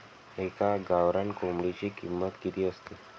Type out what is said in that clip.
एका गावरान कोंबडीची किंमत किती असते?